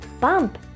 Bump